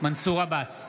מנסור עבאס,